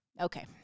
Okay